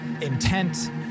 intent